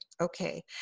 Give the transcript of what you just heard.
Okay